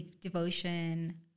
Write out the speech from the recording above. devotion